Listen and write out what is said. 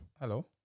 hello